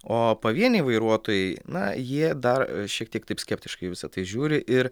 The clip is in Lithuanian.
o pavieniai vairuotojai na jie dar šiek tiek taip skeptiškai į visa tai žiūri ir